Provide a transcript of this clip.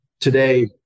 Today